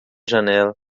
janela